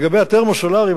לגבי התרמו-סולרי,